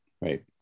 right